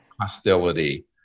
hostility